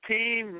Team